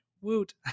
Woot